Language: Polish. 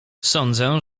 sądzę